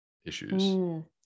issues